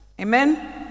Amen